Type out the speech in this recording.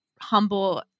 humble